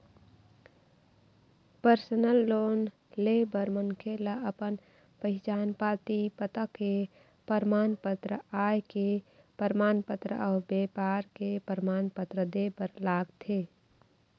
personal loan ले बर मनखे ल अपन पहिचान पाती, पता के परमान पत्र, आय के परमान पत्र अउ बेपार के परमान पत्र दे बर लागथे